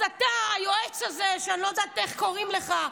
אז אתה, היועץ הזה, אני לא יודעת איך קוראים לך,